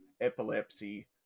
epilepsy